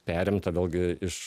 perimta vėlgi iš